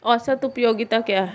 औसत उपयोगिता क्या है?